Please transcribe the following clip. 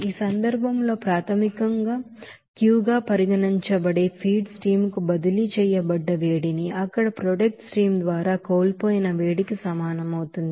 ఈ సందర్భంలో ప్రాథమికంగా Q గా పరిగణించబడే ఫీడ్ స్ట్రీమ్ కు బదిలీ చేయబడ్డ వేడిమి అక్కడ ప్రొడక్ట్ స్ట్రీమ్ ద్వారా కోల్పోయిన వేడికి సమానం అవుతుంది